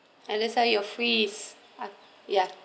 alyssa you'll freeze ya